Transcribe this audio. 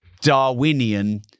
Darwinian